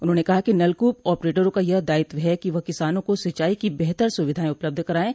उन्होंने कहा कि नलकूप ऑपरेटरों का यह दायित्व है कि वह किसानों को सिंचाई की बेहतर सुविधाएं उपलब्ध कराये